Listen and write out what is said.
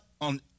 on